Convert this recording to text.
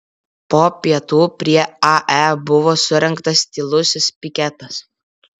po pietų prie ae buvo surengtas tylusis piketas